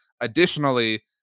Additionally